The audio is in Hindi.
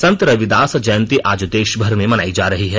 संत रविदास जयंती आज देशभर में मनाई जा रही है